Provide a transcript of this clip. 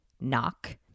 Knock